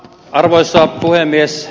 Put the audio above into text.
arvoisa puhemies